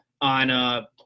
on